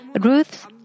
Ruth